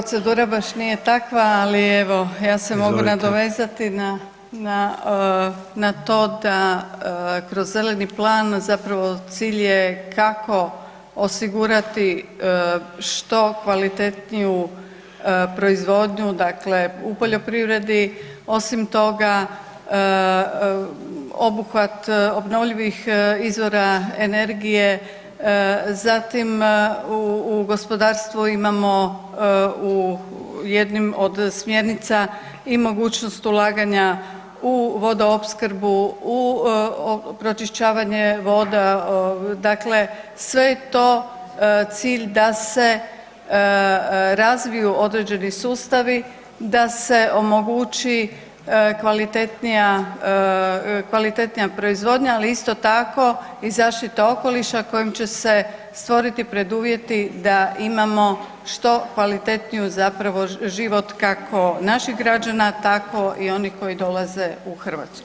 Procedura nije baš takva, ali evo ja se mogu [[Upadica Sanader: Izvolite.]] nadovezati na to da kroz zeleni plan zapravo cilj je kako osigurati što kvalitetniju proizvodnju u poljoprivredi, osim toga obuhvat obnovljivih izvora energije, zatim u gospodarstvu imamo u jednim od smjernica i mogućnost ulaganja u vodoopskrbu, u pročišćavanje voda, dakle sve je to cilj da se razviju određeni sustavi, da se omogući kvalitetnija proizvodnja, ali isto tako i zaštita okoliša kojim će se stvoriti preduvjeti da imamo što kvalitetniji život kako naših građana tako i onih koji dolaze u Hrvatsku.